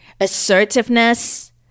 assertiveness